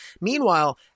Meanwhile